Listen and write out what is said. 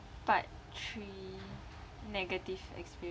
part three negative experience